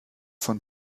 von